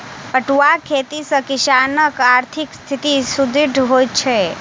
पटुआक खेती सॅ किसानकआर्थिक स्थिति सुदृढ़ होइत छै